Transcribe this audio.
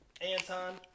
Anton